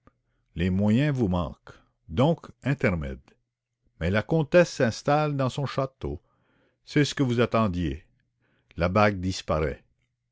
les moyens vous manquent mais la comtesse s'installe dans son château c'est ce que vous attendiez la bague disparaît